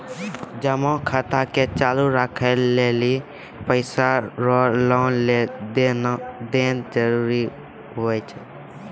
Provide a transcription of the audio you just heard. जमा खाता के चालू राखै लेली पैसा रो लेन देन जरूरी हुवै छै